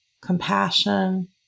compassion